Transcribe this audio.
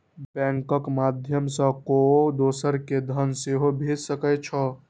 बैंकक माध्यय सं केओ दोसर कें धन सेहो भेज सकै छै